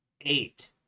eight